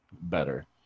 better